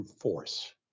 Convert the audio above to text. force